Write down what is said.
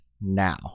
now